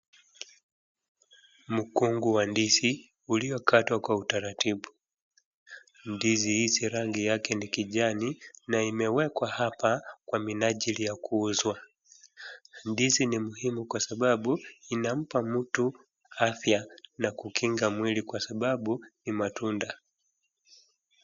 Mkungu wa ndizi, uliokatwa kwa utaratibu. Ndizi hizi rangi yake ni kijani, na imewekwa hapa kwa minajili ya kuuzwa. Ndizi ni muhimu kwa sababu, inampa mtu afya na kukinga mwili kwa sababu ni matunda.